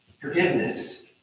forgiveness